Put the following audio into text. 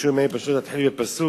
ביקשו ממני להתחיל בפסוק,